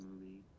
movie